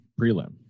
prelim